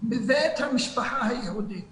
בבית המשפחה היהודית